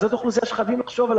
זאת אוכלוסייה שחייבים לחשוב עליה,